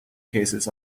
cases